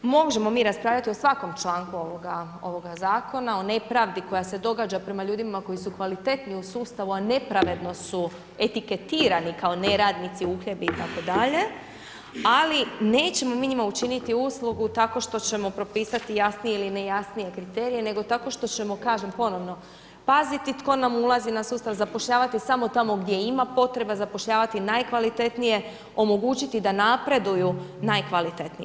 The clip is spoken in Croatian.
Možemo mi raspravljati o svakom članku ovoga zakona, o nepravdi koja se događa prema ljudima koji su kvalitetni u sustavu a nepravedno su etiketirani kao neradnici, uhljebi itd., ali nećemo mi njima učiniti uslugu tako što ćemo propisati jasnije ili ne jasnije kriterije nego tako što ćemo kažem ponovno paziti tko nam ulazi na sustav, zapošljavati samo tamo gdje ima potreba, zapošljavati najkvalitetnije, omogućiti da napreduju najkvalitetniji.